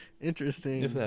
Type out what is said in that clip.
interesting